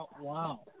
Wow